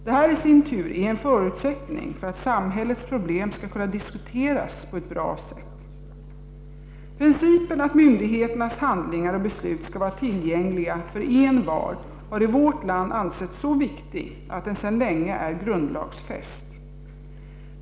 Detta i sin tur är en förutsättning för att samhällets problem skall kunna diskuteras på ett bra sätt. Principen att myndigheternas handlingar och beslut skall vara tillgängliga för envar har i vårt land ansetts så viktig att den sedan länge är grundlagsfäst.